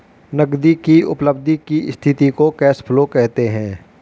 नगदी की उपलब्धि की स्थिति को कैश फ्लो कहते हैं